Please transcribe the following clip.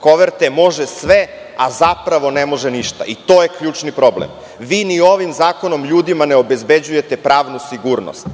koverte može sve, a zapravo ne može ništa. To je ključni problem. Vi ni ovim zakonom ljudima ne obezbeđujete pravnu sigurnost.